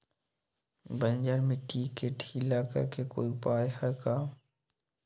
बंजर मिट्टी के ढीला करेके कोई उपाय है का?